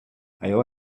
allò